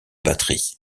batterie